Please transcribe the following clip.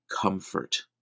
comfort